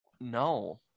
no